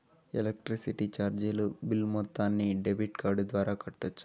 Electricity చార్జీలు bill మొత్తాన్ని debit card ద్వారా కట్టొచ్చా?